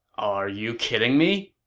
are you kidding me?